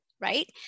right